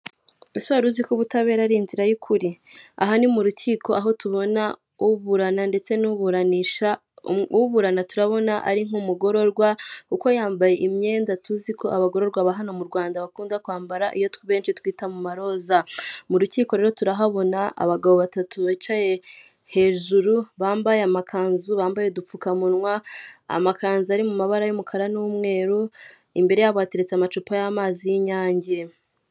Ese wari uziko ubutabera ari inzira y'ukuri? Aha ni mu rukiko aho tubona uburana ndetse n'uburanisha. Uburana turabona ari nk'umugororwa kuko yambaye imyenda tuzi ko abagororwa ba hano mu Rwanda bakunda kwambara iyo twita amaroza. Mu rukiko rero turahabona abagabo batatu bicaye hejuru, bambaye amakanzu, bambaye udupfukamunwa, amakanzu ari mu mabara y'umukara n'umweru, imbere yabo hateretse amacupa y'amazi y'inyange.